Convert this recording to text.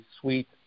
suite